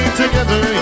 together